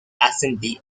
assembly